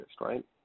right